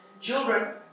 children